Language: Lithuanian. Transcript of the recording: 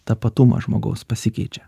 tapatumas žmogaus pasikeičia